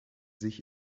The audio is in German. sich